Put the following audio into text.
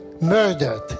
murdered